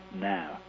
now